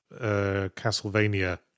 Castlevania